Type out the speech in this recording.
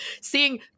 seeing